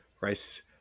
Rice